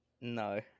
no